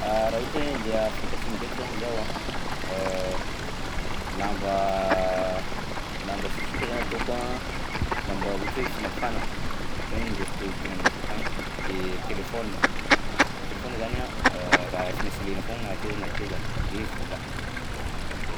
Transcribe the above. Raha ohatra hoe andeha Afrika Asimo ndraika zany zaho a lamba lamba sosotra zany ataoko a, lamba ohatra hoe sy mafagna zainy indôsiko tegna indôsiko akagny de telefaonina, telefaonina zany a raha sy mainsy ilaina foagna na akaiza na akaiza de vola, zay.